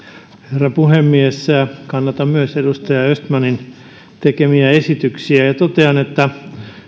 herra puhemies kannatan myös edustaja östmanin tekemiä esityksiä ja totean että